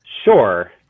Sure